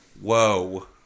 Whoa